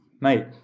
mate